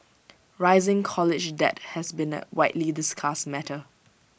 rising college debt has been A widely discussed matter